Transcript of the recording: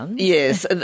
Yes